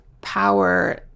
power